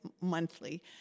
monthly